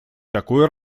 такой